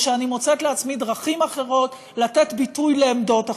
או שאני מוצאת לעצמי דרכים אחרות לתת ביטוי לעמדות אחרות.